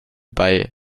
bei